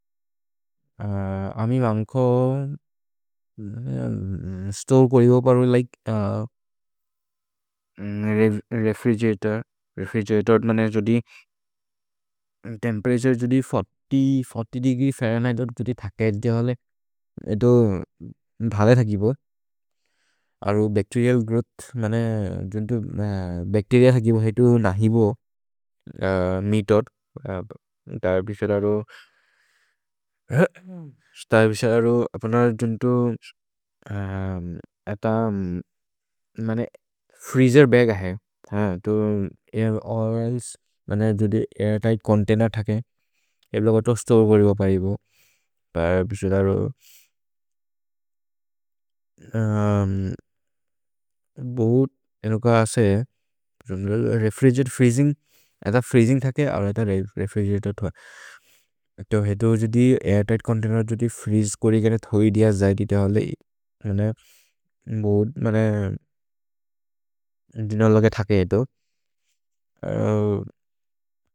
अमि मन्ख स्तोरे करिबो परो लिके रेफ्रिगेरतोर्। रेफ्रिगेरतोर् मने जोदि तेम्पेरतुरे जोदि चालीस देग्री फह्रेन्हेइत् जोदि थकेर् जिहले एतो भले थकिबो। अरो बच्तेरिअल् ग्रोव्थ् मने जोन्तो बच्तेरिअ थकिबो हेतो नहिबो मेथोद् दिअबेतेस् एदरो दिअबेतेस् एदरो। अपन जोन्तो एत मने फ्रीजेर् बग् अहे ह तो ओर् एल्से मने जोदि ऐर्तिघ्त् चोन्तैनेर् थकेर्। एब् लोगतो स्तोरे करिबो परिबो दिअबेतेस् एदरो भोहुत् एनो क असे रेफ्रिगेरतोर् फ्रीजिन्ग्। एत फ्रीजिन्ग् थकेर् ओर् एल्से रेफ्रिगेरतोर् थकेर् एतो हेतो जोदि ऐर्तिघ्त् चोन्तैनेर् जोदि। फ्रीजे कोरि करे थोइ दिय जयिति थहले मने मोदे मने दिनो लगे थकेर् एतो अरो।